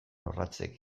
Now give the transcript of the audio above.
orratzek